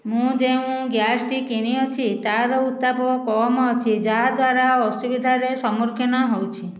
ମୁଁ ଯେଉଁ ଗ୍ୟାସ୍ଟି କିଣି ଅଛି ତାର ଉତ୍ତାପ କମ ଅଛି ଯାହାଦ୍ୱାରା ଅସୁବିଧାରେ ସମ୍ମୁଖୀନ ହେଉଛି